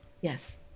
Yes